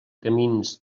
camins